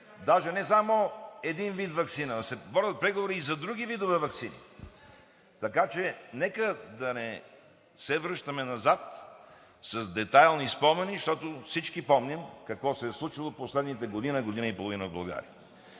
не само един вид ваксина, а да се водят преговори и за други видове ваксини. Така че нека да не се връщаме назад с детайлни спомени, защото всички помним какво се е случило в последната година-година и половина в България.